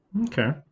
Okay